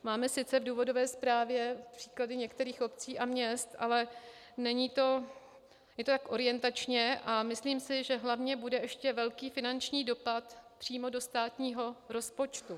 Máme sice v důvodové zprávě příklady některých obcí a měst, ale je to tak orientačně a myslím si, že hlavně bude ještě velký finanční dopad přímo do státního rozpočtu.